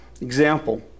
Example